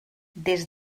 des